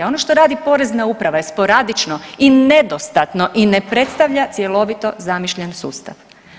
Ono što radi Porezna uprava je sporadično i nedostatno i ne predstavlja cjelovito zamišljen sustav.